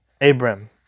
Abram